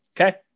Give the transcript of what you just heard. Okay